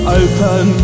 open